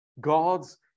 God's